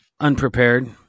unprepared